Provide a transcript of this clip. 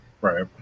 right